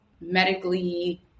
medically